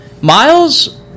Miles